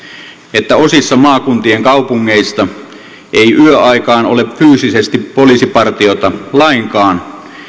että osissa maakuntien kaupungeista ei yöaikaan ole fyysisesti poliisipartiota lainkaan